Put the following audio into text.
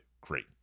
Great